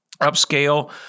upscale